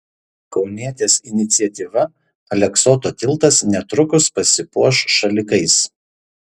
kaunietės iniciatyva aleksoto tiltas netrukus pasipuoš šalikais